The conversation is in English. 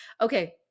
Okay